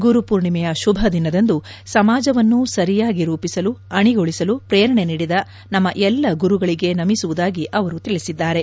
ಗುರು ಪೂರ್ಣಿಮೆಯ ಶುಭ ದಿನದಂದು ಸಮಾಜವನ್ನು ಸರಿಯಾಗಿ ರೂಪಿಸಿಲು ಅಣೆಗೊಳಿಸಲು ಪ್ರೇರಣೆ ನೀಡಿದ ನಮ್ಮ ಎಲ್ಲ ಗುರುಗಳಿಗೆ ನಮಿಸುವುದಾಗಿ ಅವರು ತಿಳಿಸಿದ್ದಾರೆ